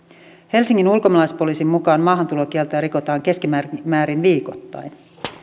helsingin ulkomaalaispoliisin mukaan maahantulokieltoa rikotaan keskimäärin viikoittain